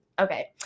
Okay